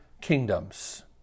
kingdoms